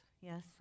yes